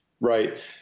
Right